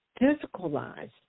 physicalized